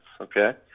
okay